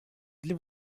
для